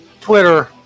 Twitter